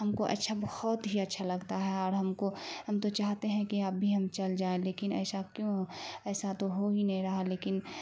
ہم کو اچھا بہت ہی اچھا لگتا ہے اور ہم کو ہم تو چاہتے ہیں کہ اب بھی ہم چل جائیں لیکن ایسا کیوں ایسا تو ہو ہی نہیں رہا لیکن